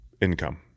income